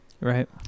Right